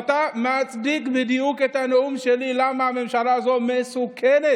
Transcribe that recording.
ואתה מצדיק בדיוק את הנאום שלי למה הממשלה הזו מסוכנת,